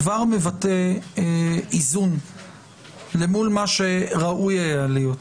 כבר מבטא איזון למול מה שראוי היה להיות.